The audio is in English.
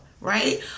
right